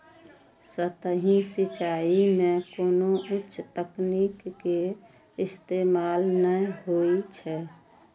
सतही सिंचाइ मे कोनो उच्च तकनीक के इस्तेमाल नै होइ छै